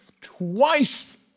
twice